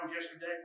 yesterday